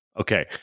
Okay